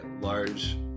large